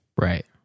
right